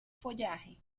follaje